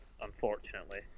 unfortunately